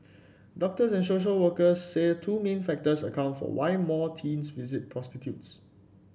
doctors and social workers say two main factors account for why more teens visit prostitutes